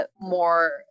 more